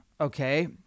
okay